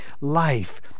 life